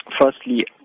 firstly